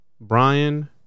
Brian